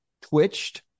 twitched